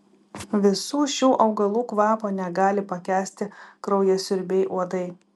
visų šių augalų kvapo negali pakęsti kraujasiurbiai uodai